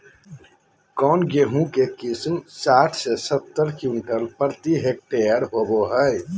कौन गेंहू के किस्म साठ से सत्तर क्विंटल प्रति हेक्टेयर होबो हाय?